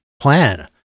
plan